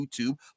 YouTube